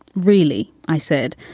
really? i said,